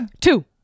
two